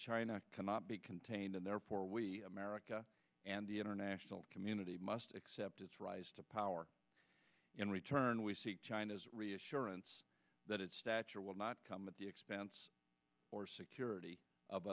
china cannot be contained and therefore we america and the international community must accept its rise to power in return we seek china's reassurance that its stature will not come at the expense or security of